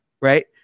right